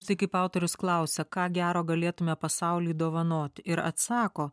tai kaip autorius klausia ką gero galėtume pasauliui dovanoti ir atsako